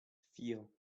vier